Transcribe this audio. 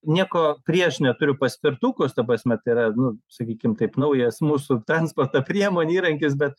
nieko prieš neturiu paspirtukus ta prasme tai yra nu sakykim taip naujas mūsų transporto priemonė įrankis bet